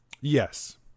Yes